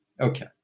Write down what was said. Okay